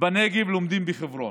בנגב לומדים בחברון.